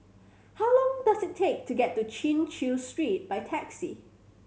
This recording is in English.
how long does it take to get to Chin Chew Street by taxi